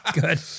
Good